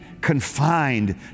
confined